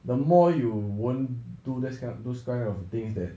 the more you won't do this kind those kind of things that